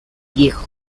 viejo